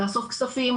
לאסוף כספים,